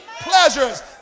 pleasures